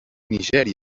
nigèria